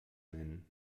nennen